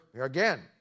again